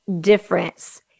difference